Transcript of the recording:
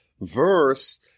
verse